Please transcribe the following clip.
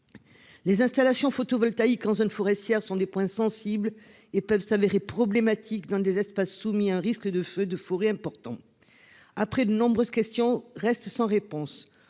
Les installations photovoltaïques en zone forestière sont des points sensibles et peuvent s'avérer problématique dans des espaces soumis à un risque de feux de forêt importants. Après de nombreuses questions restent sans réponse.